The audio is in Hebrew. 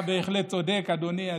אתה בהחלט צודק, אדוני.